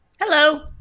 Hello